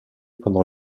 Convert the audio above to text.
pendant